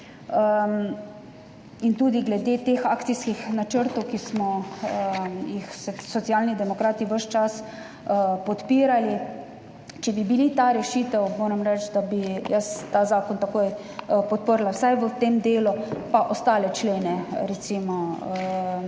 tudi glede teh akcijskih načrtov, ki smo jih Socialni demokrati ves čas podpirali, če bi bila ta rešitev, moram reči, da bi jaz ta zakon takoj podprla, vsaj v tem delu, in bi ostale člene recimo